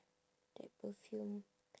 that perfume